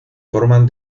forman